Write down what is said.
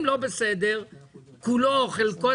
אם לא בסדר כולו או חלקו,